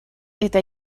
eta